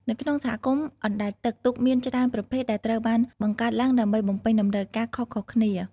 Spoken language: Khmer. នៅក្នុងសហគមន៍អណ្តែតទឹក ទូកមានច្រើនប្រភេទដែលត្រូវបានបង្កើតឡើងដើម្បីបំពេញតម្រូវការខុសៗគ្នា។